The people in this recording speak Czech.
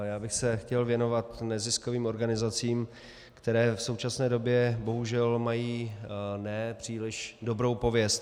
Chtěl bych se věnovat neziskovým organizacím, které v současné době bohužel mají nepříliš dobrou pověst.